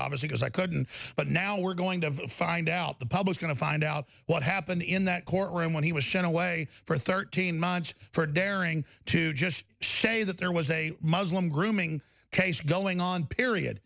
obvious because i couldn't but now we're going to find out the public's going to find out what happened in that courtroom when he was sent away for thirteen months for daring to just shave that there was a muslim grooming case going on period